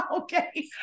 Okay